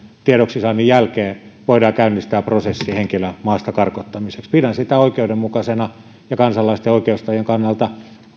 tiedoksisaannin jälkeen voidaan käynnistää prosessi henkilön maasta karkottamiseksi pidän oikeudenmukaisena ja kansalaisten oikeustajun kannalta